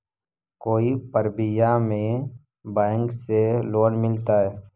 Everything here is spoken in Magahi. कोई परबिया में बैंक से लोन मिलतय?